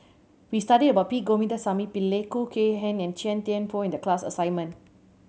we studied about P Govindasamy Pillai Khoo Kay Hian and Chia Thye Poh in the class assignment